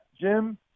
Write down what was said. Jim